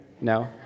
no